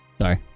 Sorry